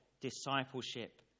discipleship